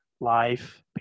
life